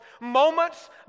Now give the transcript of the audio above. Moments